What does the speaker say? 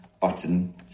button